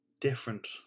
different